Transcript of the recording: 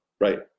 right